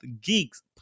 geeks